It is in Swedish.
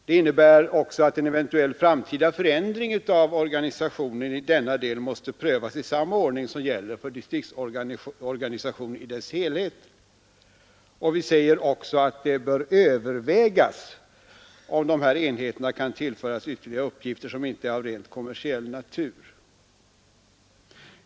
Det innebär också att en eventuell framtida förändring av organisationen i denna del måste prövas i samma ordning som gäller för distriktsorganisationen i dess helhet. Vi säger vidare att det bör övervägas om dessa enheter kan tillföras ytterligare uppgifter som inte är av rent kommersiell natur.